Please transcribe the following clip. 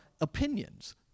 opinions